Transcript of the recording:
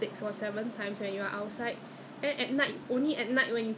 whether it's effective or not !yah! so 我在外面用啊在外面